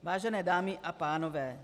Vážené dámy a pánové.